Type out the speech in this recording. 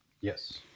Yes